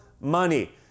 money